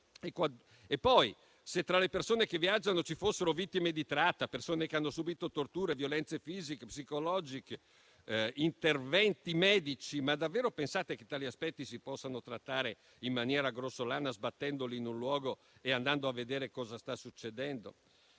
Se poi tra le persone che viaggiano ci fossero vittime di tratta, persone che hanno subito torture, violenze fisiche, psicologiche, interventi medici? Ma davvero pensate che tali aspetti si possano trattare in maniera grossolana, sbattendo queste persone in un luogo e andando a vedere cosa sta succedendo?